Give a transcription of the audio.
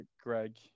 Greg